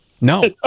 No